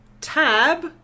tab